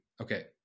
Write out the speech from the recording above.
Okay